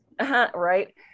right